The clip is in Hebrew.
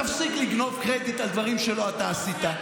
תפסיק לגנוב קרדיט על דברים שלא אתה עשית.